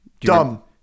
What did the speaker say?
Dumb